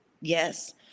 yes